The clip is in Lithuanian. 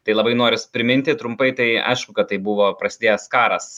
tai labai noris priminti trumpai tai aišku kad tai buvo prasidėjęs karas